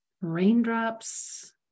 raindrops